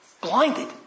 Blinded